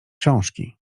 książki